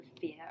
fear